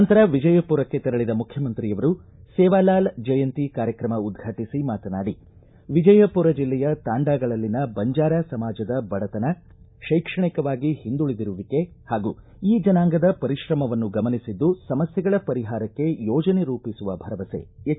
ನಂತರ ವಿಜಯಪುರಕ್ಕೆ ತೆರಳಿದ ಮುಖ್ಯಮಂತ್ರಿಯವರು ಸೇವಾಲಾಲ ಜಯಂತಿ ಕಾರ್ಯಕ್ರಮ ಉದ್ಘಾಟಿಸಿ ಮಾತನಾಡಿ ವಿಜಯಪುರ ಜಿಲ್ಲೆಯ ತಾಂಡಾಗಳಲ್ಲಿನ ಬಂಜಾರಾ ಸಮಾಜದ ಬಡತನ ಶೈಕ್ಷಣಿಕವಾಗಿ ಹಿಂದುಳಿದಿರುವಿಕೆ ಹಾಗೂ ಈ ಜನಾಂಗದ ಪರಿಶ್ರಮವನ್ನು ಗಮನಿಸಿದ್ದು ಸಮಸ್ಥೆಗಳ ಪರಿಹಾರಕ್ಕೆ ಯೋಜನೆ ರೂಪಿಸುವ ಭರವಸೆ ಎಚ್